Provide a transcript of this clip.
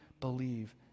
believe